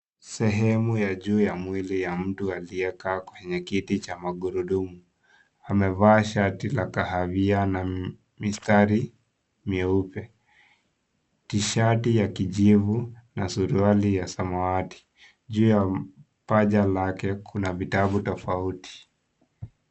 Sehemu ya juu ya mwili ya mtu aliyekaa kwenye kiti cha magurudumu. Amevaa shati la kahawia na mistari mieupe, tishati ya kijivu na suruali ya samawati. Juu ya paja lake kuna vitabu tofauti.